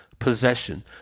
possession